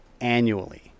annually